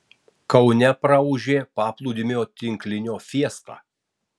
kaune praūžė paplūdimio tinklinio fiesta